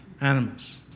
Animals